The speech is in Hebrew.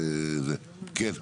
כן.